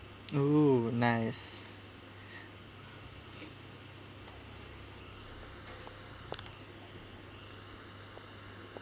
oh nice